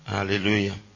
Hallelujah